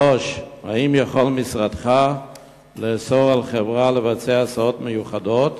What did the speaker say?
3. האם יכול משרדך לאסור על חברה לבצע הסעות מיוחדות